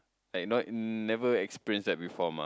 like not never experience that before mah